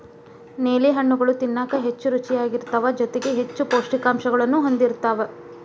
ನೇಲಿ ಹಣ್ಣುಗಳು ತಿನ್ನಾಕ ಹೆಚ್ಚು ರುಚಿಯಾಗಿರ್ತಾವ ಜೊತೆಗಿ ಹೆಚ್ಚು ಪೌಷ್ಠಿಕಾಂಶಗಳನ್ನೂ ಹೊಂದಿರ್ತಾವ